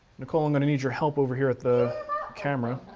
nicole, i'm gonna need your help over here at the camera.